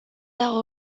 dago